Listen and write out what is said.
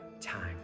time